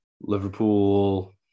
Liverpool